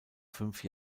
fünf